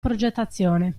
progettazione